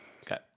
Okay